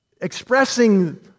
expressing